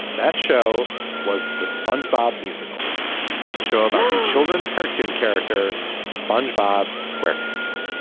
that show was the spongebob musical a show about a children's cartoon character spongebob square pants